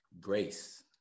grace